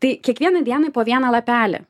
tai kiekvienai dienai po vieną lapelį